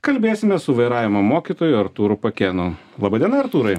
kalbėsime su vairavimo mokytoju artūru pakėnu laba diena artūrai